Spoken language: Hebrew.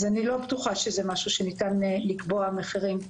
אז אני לא בטוחה שזה משהו שניתן לקבוע מחירים,